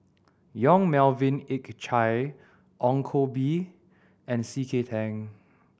Yong Melvin Yik Chye Ong Koh Bee and C K Tang